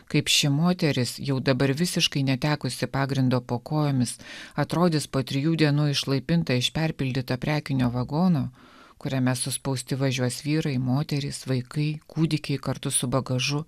kaip ši moteris jau dabar visiškai netekusi pagrindo po kojomis atrodys po trijų dienų išlaipinta iš perpildyto prekinio vagono kuriame suspausti važiuos vyrai moterys vaikai kūdikiai kartu su bagažu